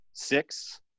Six